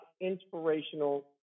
inspirational